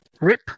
Rip